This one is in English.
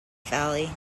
valley